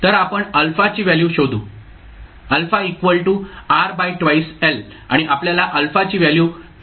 तर आपण α ची व्हॅल्यू शोधू α आणि आपल्याला α ची व्हॅल्यू 2